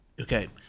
Okay